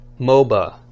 MOBA